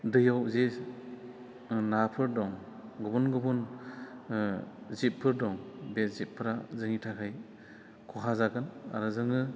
दैयाव जे नाफोर दं गुबुन गुबुन जिबफोर दं बे जिबफोरा जोंनि थाखाय खहा जागोन आरो जोङो